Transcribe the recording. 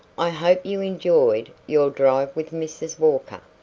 i hope you enjoyed your drive with mrs. walker!